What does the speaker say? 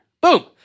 Boom